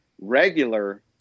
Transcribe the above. regular